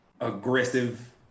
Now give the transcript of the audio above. aggressive